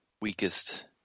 weakest